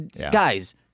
guys